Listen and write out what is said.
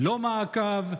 לא מעקב,